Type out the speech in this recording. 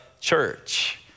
church